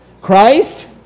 Christ